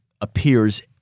Appears